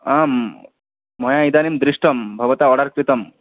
आं मया इदानीं दृष्टं भवता आर्डर् कृतम्